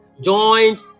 joined